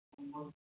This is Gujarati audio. બોલ